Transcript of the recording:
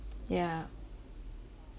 yeah